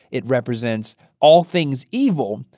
it represents all things evil.